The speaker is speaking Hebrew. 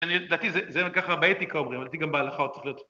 אני, לדעתי, זה ככה באתיקה אומרים, לדעתי גם בהלכה עוד צריך להיות...